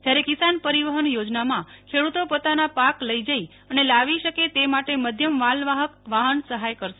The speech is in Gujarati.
જયારે કિસાન પરિવહન થોજનામાં ખેડુતો પોતાનો પાક લઈ જઈ અને લાવી શકે તે માટે મધ્યમ માલવાહક વાહન સહાય કરશે